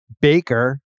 Baker